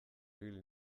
ibili